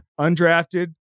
Undrafted